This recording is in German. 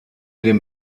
den